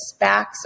SPACs